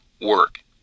work